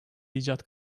icat